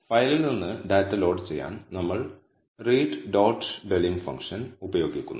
ഫയലിൽ നിന്ന് data load ചെയ്യാൻ നമ്മൾ റീഡ് ഡോട്ട് ഡെലിം ഫംഗ്ഷൻ ഉപയോഗിക്കുന്നു